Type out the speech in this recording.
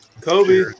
Kobe